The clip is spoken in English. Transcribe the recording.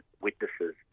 witnesses